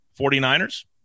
49ers